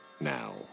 now